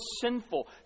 sinful